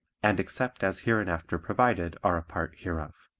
and except as hereinafter provided are a part hereof.